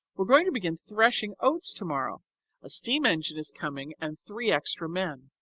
we're going to begin threshing oats tomorrow a steam engine is coming and three extra men.